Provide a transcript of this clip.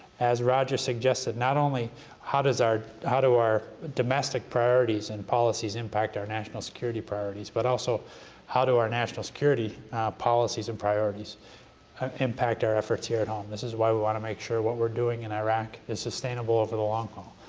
as roger suggested, not only how does our how do our domestic priorities and policies impact our national security priorities, but also how do our national security policies and priorities um impact our efforts here at home. this is why we want to make sure what we're doing in iraq is sustainable over the long haul,